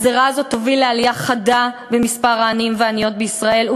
הגזירה הזאת תוביל לעלייה חדה במספר העניים והעניות בישראל,